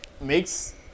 makes